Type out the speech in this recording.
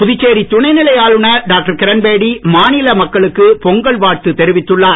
பொங்கல் வாழத்து புதுச்சேரி துணை நிலை ஆளுநனர் டாக்டர் கிரண்பேடி மாநில மக்களுக்கு பொங்கல் வாழ்த்து தெரிவித்துள்ளார்